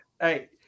Hey